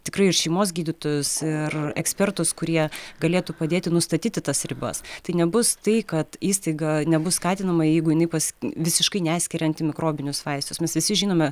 tikrai ir šeimos gydytojus ir ekspertus kurie galėtų padėti nustatyti tas ribas tai nebus tai kad įstaiga nebus skatinama jeigu jinai pas visiškai neskiria antimikrobinius vaistus mes visi žinome